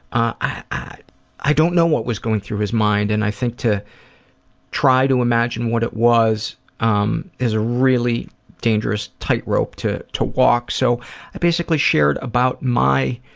i i don't know what was going through his mind, and i think to try to imagine what it was um is a really dangerous tightrope to to walk, so i basically shared about my